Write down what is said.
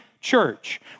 church